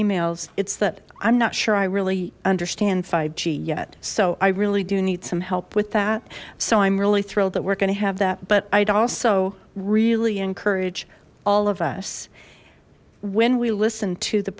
emails it's that i'm not sure i really understand g yet so i really do need some help with that so i'm really thrilled that we're going to have that but i'd also really encourage all of us when we listen to